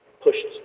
pushed